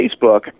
Facebook